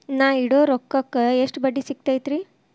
ನಾ ಇಡೋ ರೊಕ್ಕಕ್ ಎಷ್ಟ ಬಡ್ಡಿ ಸಿಕ್ತೈತ್ರಿ?